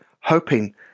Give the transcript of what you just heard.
hoping